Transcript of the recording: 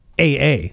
AA